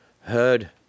heard